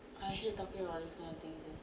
I hate talking about this kind of things